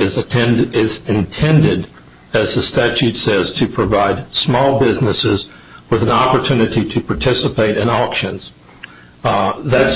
is attended is intended as a statute says to provide small businesses with the opportunity to participate in auctions that's